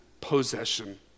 possession